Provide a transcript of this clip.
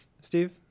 Steve